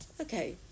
okay